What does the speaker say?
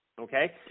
Okay